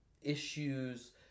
issues